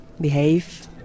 behave